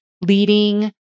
leading